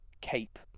cape